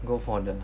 go for the